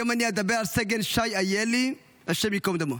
היום אני אדבר על סגן שי איילי, השם ייקום דמו.